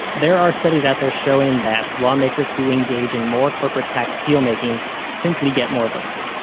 there are studies out there showing that lawmakers who engage in more corporate tax dealmaking simply get more votes.